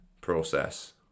Process